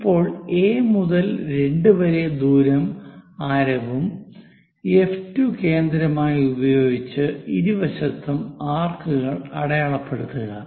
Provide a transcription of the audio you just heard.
ഇപ്പോൾ എ മുതൽ 2 വരെ ദൂരം ആരവും എഫ്2 കേന്ദ്രമായി ഉപയോഗിച്ച് ഇരുവശത്തും ആർക്കുകൾ അടയാളപ്പെടുത്തുക